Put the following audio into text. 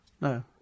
No